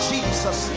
Jesus